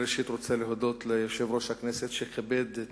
ראשית אני רוצה להודות ליושב-ראש הכנסת שכיבד את